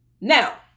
Now